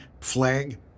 flag